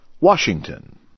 Washington